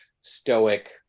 stoic